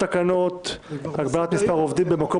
תקנות שעת חירום להגבלת מספר העובדים במקומות